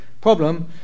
problem